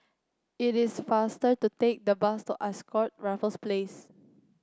it is faster to take the bus to Ascott Raffles Place